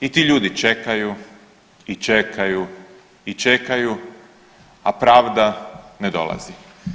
I ti ljudi čekaju, i čekaju, i čekaju, a pravda ne dolazi.